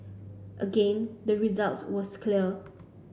again the result was clear